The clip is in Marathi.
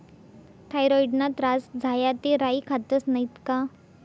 थॉयरॉईडना त्रास झाया ते राई खातस नैत का